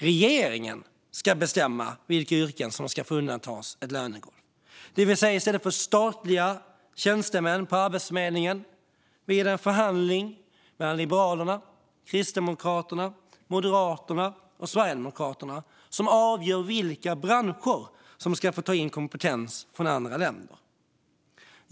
Regeringen ska bestämma vilka yrken som ska undantas från ett lönegolv. I stället för statliga tjänstemän på Arbetsförmedlingen blir det en förhandling mellan Liberalerna, Kristdemokraterna, Moderaterna och Sverigedemokraterna som avgör vilka branscher som ska få ta in kompetens från andra länder.